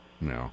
No